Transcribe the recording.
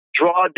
draw